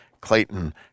Clayton